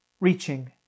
Reaching